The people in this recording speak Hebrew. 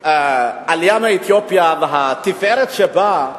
העלייה מאתיופיה והתפארת שבה,